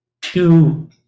two